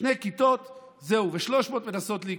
שתי כיתות וזהו, ו-300 מנסות להיכנס.